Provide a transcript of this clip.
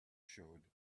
showed